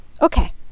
okay